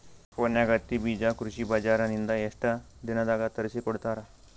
ಫೋನ್ಯಾಗ ಹತ್ತಿ ಬೀಜಾ ಕೃಷಿ ಬಜಾರ ನಿಂದ ಎಷ್ಟ ದಿನದಾಗ ತರಸಿಕೋಡತಾರ?